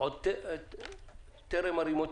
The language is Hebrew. טרם גירשתי